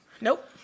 Nope